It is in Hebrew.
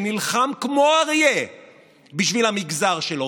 שנלחם כמו אריה בשביל המגזר שלו,